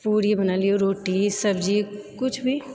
पूरी बना लिअ रोटी सब्जी किछु भी